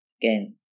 Again